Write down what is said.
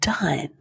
done